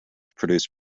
produce